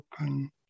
open